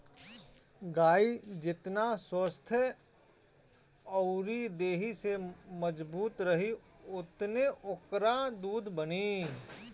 गाई जेतना स्वस्थ्य अउरी देहि से मजबूत रही ओतने ओकरा दूध बनी